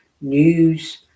news